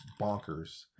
bonkers